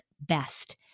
best